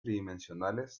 tridimensionales